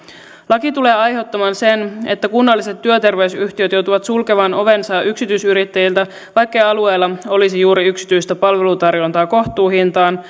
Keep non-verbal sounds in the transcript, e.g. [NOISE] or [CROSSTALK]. laki tulee aiheuttamaan sen että kunnalliset työterveysyhtiöt joutuvat sulkemaan ovensa yksityisyrittäjiltä vaikkei alueella olisi juuri yksityistä palvelutarjontaa kohtuuhintaan [UNINTELLIGIBLE]